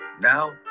now